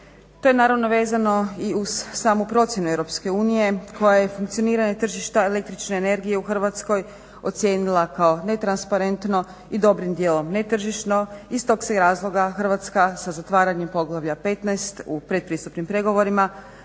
To je naravno vezano i uz samoprocjenu EU koja je funkcioniranje tržišta električne energije u Hrvatskoj ocijenila kao netransparentno i dobrim dijelom netržišno i stog se i razloga Hrvatska sa zatvaranjem Poglavlja 15. u pretpristupnim pregovorima